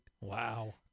Wow